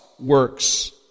works